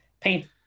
paint